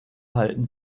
halten